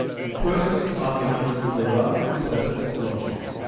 and pursues an argument to the last recesses of logic.